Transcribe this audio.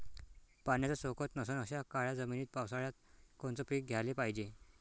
पाण्याचा सोकत नसन अशा काळ्या जमिनीत पावसाळ्यात कोनचं पीक घ्याले पायजे?